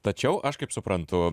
tačiau aš kaip suprantu